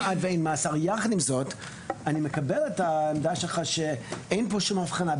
יחד עם זאת אני מקבל את העמדה שלך שאין פה אבחנה.